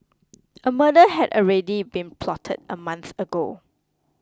a murder had already been plotted a month ago